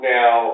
now